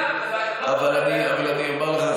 אבל אני אומר לך,